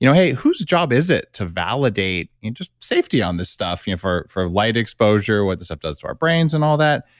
you know hey, whose job is it to validate just safety on this stuff you know for for light exposure, what this stuff does to our brains and all that?